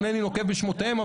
אינני נוקב בשמותיהם,